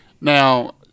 now